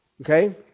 Okay